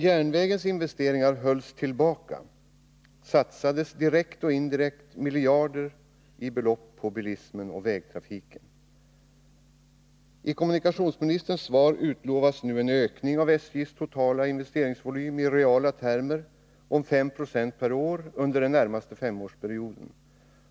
Järnvägen har på nytt blivit aktuell som transportmedel på ett alldeles särskilt sätt. I kommunikationsministerns svar utlovas nu en ökning av SJ:s totala investeringsvolym i reala termer om 5 20 per år under den närmaste femårsperioden.